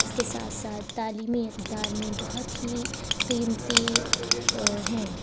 اس کے ساتھ ساتھ تعلیمی اقدار میں بہت ہی قیمتی ہیں